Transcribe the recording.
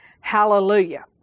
Hallelujah